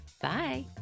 Bye